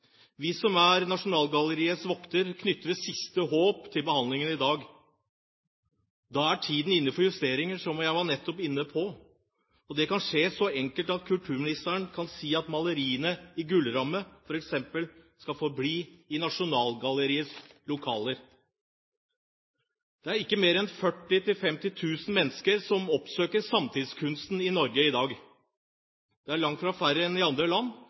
Vi som er Nasjonalgalleriets voktere, knytter vårt siste håp til behandlingen i dag. Da er tiden inne for justeringer, som jeg nettopp var inne på. Det kan skje så enkelt som at kulturministeren kan si at maleriene i gullrammer f.eks. skal forbli i Nasjonalgalleriets lokaler. Det er ikke mer enn 40 000 til 50 000 mennesker som oppsøker samtidskunsten i Norge i dag. Det er langt færre enn i andre land.